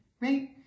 right